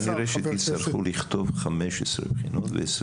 כנראה שתצטרכו לכתוב 15 בחינות ו-20 בחינות.